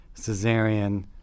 cesarean